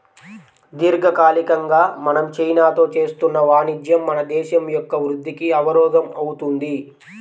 దీర్ఘకాలికంగా మనం చైనాతో చేస్తున్న వాణిజ్యం మన దేశం యొక్క వృద్ధికి అవరోధం అవుతుంది